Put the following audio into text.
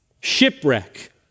shipwreck